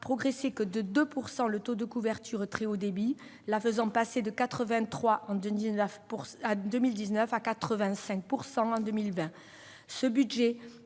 progresser que de 2 % le taux de couverture très haut débit, le faisant passer de 83 % en 2019 à 85 % en 2020.